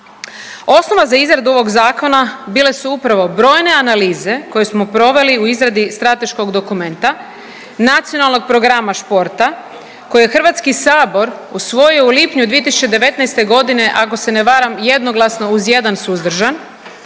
Osnova za izradu ovog zakona bile su upravo brojne analize koje smo provele u izradi strateškog dokumenta, Nacionalnog programa športa koji je Hrvatski sabor usvojio u lipnju 2019. godine ako se ne varam jednoglasno, uz jedan suzdržan